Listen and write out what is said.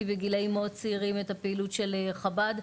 בגילאים מאוד צעירים את הפעילות של חב"ד,